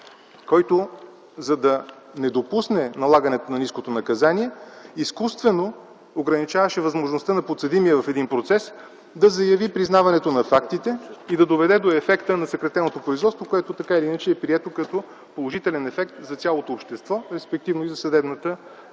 който, за да не допусне налагането на ниското наказание, изкуствено ограничаваше възможността на подсъдимия в един процес да заяви признаването на фактите и да доведе до ефекта на съкратеното производство, което така или иначе е прието като положителен ефект за цялото общество, респективно и за съдебната система: